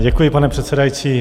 Děkuji, pane předsedající.